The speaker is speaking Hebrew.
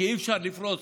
כי אי-אפשר לפרוס